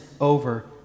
over